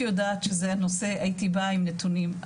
יודעת שזה הנושא הייתי באה עם נתונים,